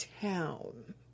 town